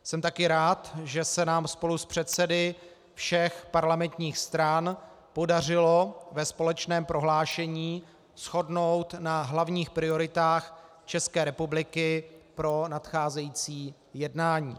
Jsem taky rád, že se nám spolu s předsedy všech parlamentních stran podařilo ve společném prohlášení shodnout na hlavních prioritách České republiky pro nadcházející jednání.